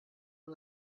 man